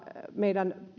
meidän